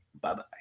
bye-bye